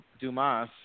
Dumas